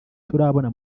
turabona